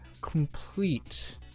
complete